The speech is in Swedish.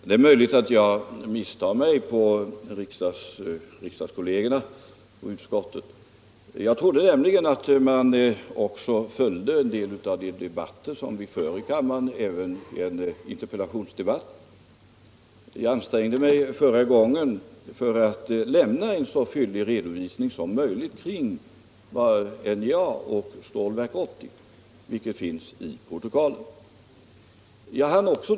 Herr talman! Det är möjligt att jag misstar mig på riksdagskollegerna och utskottet. Jag trodde nämligen att riksdagsledamöterna följde de debatter som vi för i kammaren, även interpellationsdebatter. Jag ansträngde mig vid interpellationsdebatten för några dagar sedan att lämna en så fyllig redovisning som möjligt kring NJA och Stålverk 80 — det finns att läsa i protokollet.